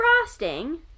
frosting